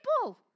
people